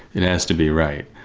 it has to be right,